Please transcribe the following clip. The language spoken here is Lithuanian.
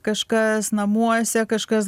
kažkas namuose kažkas